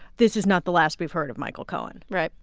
this is not the last we've heard of michael cohen right.